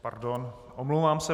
Pardon, omlouvám se.